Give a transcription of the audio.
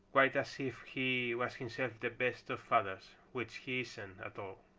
quite as if he was himself the best of fathers, which he isn't at all.